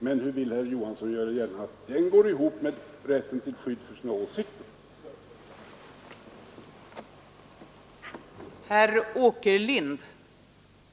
Men hur vill herr Johansson i Trollhättan göra gällande att den går ihop med rätten till skydd för åsikter? het för politiska partier att redovisa bidrag från juridiska personer